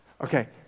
Okay